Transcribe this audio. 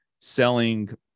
selling